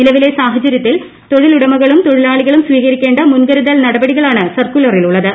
നിലവിലെ സാഹചരൃത്തിൽ തൊഴിലു്ടമകളും തൊഴിലാളികളും സ്വീകരിക്കേണ്ട മുൻകരുതൽ നടപടികളാണ് സർക്കുലറിലുള്ളത്